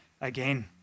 again